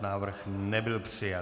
Návrh nebyl přijat.